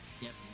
Yes